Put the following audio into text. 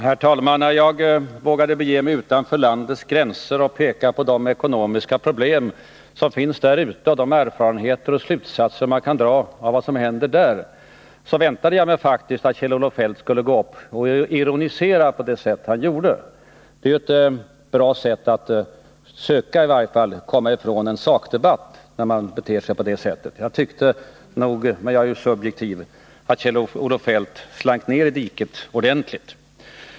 Herr talman! När jag vågade bege mig utanför landets gränser och peka på de ekonomiska problem som finns där ute och de erfarenheter och slutsatser man kan dra, så väntade jag mig faktiskt att Kjell-Olof Feldt skulle gå upp och ironisera på det sätt som han gjorde. Det är ett bra sätt att i varje fall söka komma ifrån en sakdebatt, när man beter sig så. Jag tycker — men jag är ju subjektiv — att Kjell-Olof Feldt slank ned i diket ordentligt.